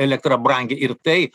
elektra brangi ir tai